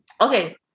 okay